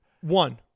One